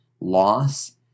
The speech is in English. loss